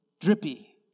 drippy